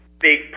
big